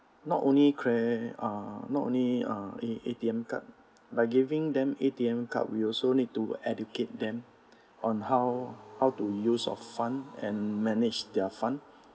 not only cre~ uh not only uh A_T_M card by giving them A_T_M card we also need to educate them on how how to use of fund and manage their fund